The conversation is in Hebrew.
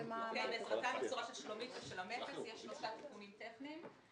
יש שלושה תיקונים טכניים.